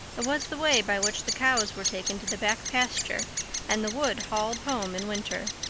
it was the way by which the cows were taken to the back pasture and the wood hauled home in winter.